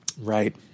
Right